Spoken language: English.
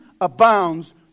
abounds